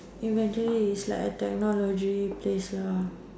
eventually it's like a technology place ah